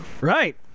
Right